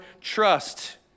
trust